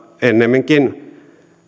ennemminkin